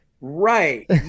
right